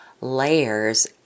layers